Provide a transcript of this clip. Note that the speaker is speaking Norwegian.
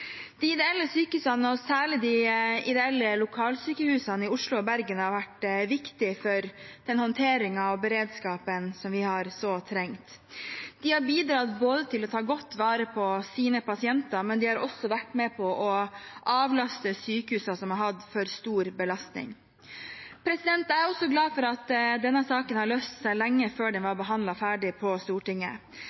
De ideelle sykehusene, og særlig de ideelle lokalsykehusene i Oslo og Bergen, har vært viktige for den håndteringen av beredskapen som vi sårt har trengt. De har bidratt til å ta godt vare på sine pasienter, og de har også vært med på å avlaste sykehus som har hatt for stor belastning. Jeg er også glad for at denne saken har løst seg lenge før den var behandlet ferdig på Stortinget.